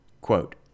Quote